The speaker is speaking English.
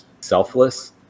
selfless